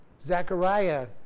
Zechariah